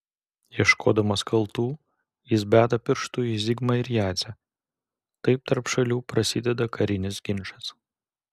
ieškodamas kaltų jis beda pirštu į zigmą ir jadzę taip tarp šalių prasideda karinis ginčas